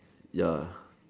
ya